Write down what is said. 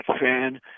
fan